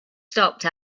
stopped